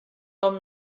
com